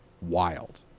wild